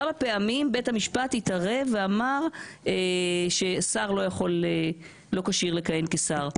כמה פעמים בית המשפט התערב ואמר ששר לא כשיר לכהן כשר?